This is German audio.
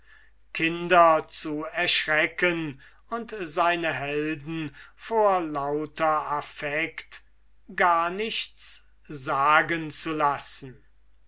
kinder zu erschrecken und seine helden vor lauter affect gar nichts sagen zu lassen